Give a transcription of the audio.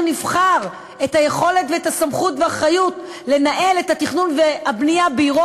נבחר את היכולת ואת הסמכות והאחריות לנהל את התכנון והבנייה בעירו,